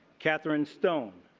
catherine stone,